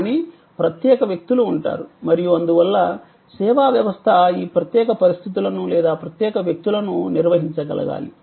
కానీ ప్రత్యేక వ్యక్తులు ఉంటారు మరియు అందువల్ల సేవా వ్యవస్థ ఈ ప్రత్యేక పరిస్థితులను లేదా ప్రత్యేక వ్యక్తులను నిర్వహించగలగాలి